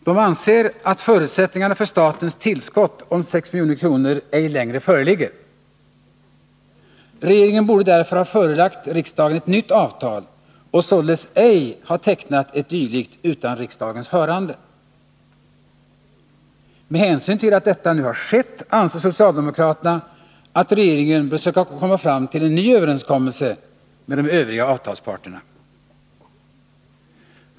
De anser att förutsättningarna för statens tillskott om 6 milj.kr. ej längre föreligger. Regeringen borde därför ha förelagt riksdagen ett nytt avtal och således ej ha tecknat ett dylikt utan riksdagens hörande. Med hänsyn till att detta nu har skett anser socialdemokraterna att regeringen bör söka komma fram till en ny överenskommelse med de övriga avtalsparterna.